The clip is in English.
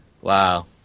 Wow